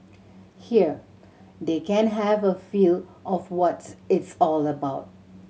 here they can have a feel of what it's all about